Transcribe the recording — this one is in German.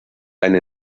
eine